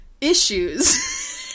issues